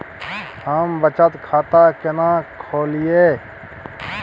हम बचत खाता केना खोलइयै?